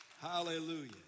Hallelujah